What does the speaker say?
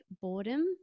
boredom